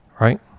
Right